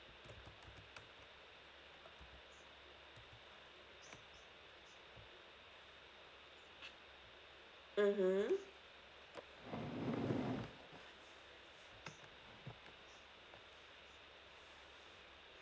mmhmm